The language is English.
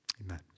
Amen